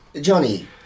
Johnny